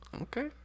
Okay